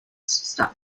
style